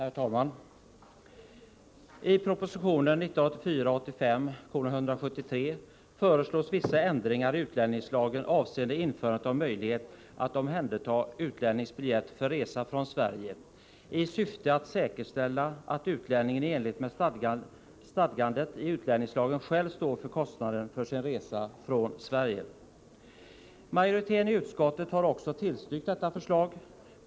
Herr talman! I proposition 1984/85:173 föreslås vissa ändringar i utlänningslagen avseende införande av möjlighet att omhänderta utlännings biljett för resa från Sverige i syfte att säkerställa att utlänningen i enlighet med stadgandet i utlänningslagen själv står för kostnaden för sin resa från Sverige. Majoriteten i utskottet har också tillstyrkt detta förslag.